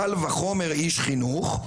קל וחומר איש חינוך.